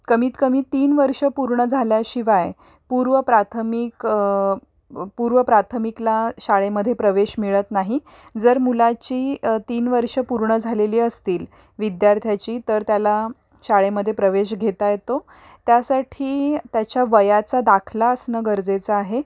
कमीत कमी तीन वर्षं पूर्ण झाल्याशिवाय पूर्व प्राथमिक पूर्व प्राथमिकला शाळेमध्ये प्रवेश मिळत नाही जर मुलाची तीन वर्षं पूर्ण झालेली असतील विद्यार्थ्याची तर त्याला शाळेमध्ये प्रवेश घेता येतो त्यासाठी त्याच्या वयाचा दाखला असणं गरजेचं आहे